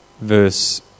verse